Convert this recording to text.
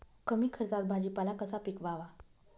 कमी खर्चात भाजीपाला कसा पिकवावा?